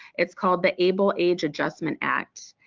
it's called the able age adjustment act.